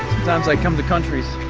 sometimes i come to countries,